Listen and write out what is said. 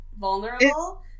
Vulnerable